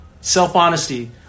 self-honesty